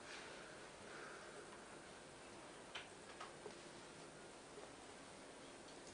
הייעוד שלנו באופן כללי הוא להסדיר את מעמדם החוקי של אזרחי ישראל,